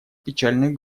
печальных